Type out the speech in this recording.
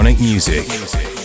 Music